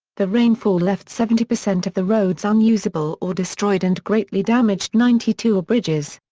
the rainfall left seventy percent of the roads unusable or destroyed and greatly damaged ninety two ah bridges.